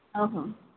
ଓ ହୋ